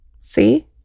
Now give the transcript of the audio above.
See